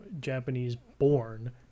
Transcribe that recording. Japanese-born